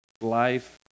life